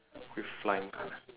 with flying